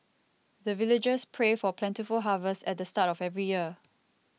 the villagers pray for plentiful harvest at the start of every year